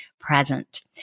present